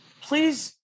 please